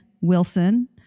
wilson